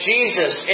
Jesus